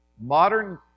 Modern